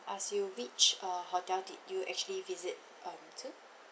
ask you which uh hotel did you actually visit um to